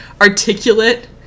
articulate